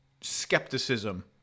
skepticism